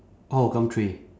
orh gumtree